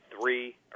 three